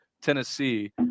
Tennessee